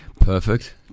perfect